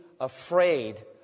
afraid